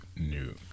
new